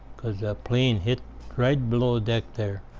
because a plane hit right below deck there.